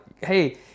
hey